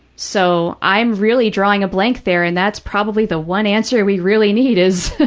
so, i'm really drawing a blank there, and that's probably the one answer we really need is,